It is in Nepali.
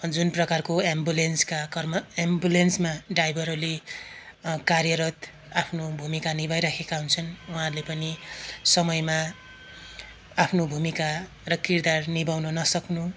जुन प्रकारको एम्बुलेन्सका कर्म एम्बुलेन्समा ड्राइभरले कार्यरत आफ्नो भूमिका निभाइरहेका हुन्छन् उहाँहरूले पनि समयमा आफ्नो भूमिका र किरदार निभाउन नसक्नु